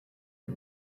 you